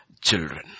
children